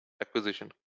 acquisition